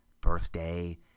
birthday